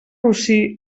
rossí